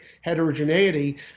heterogeneity